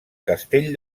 castell